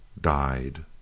Died